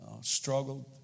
struggled